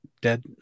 dead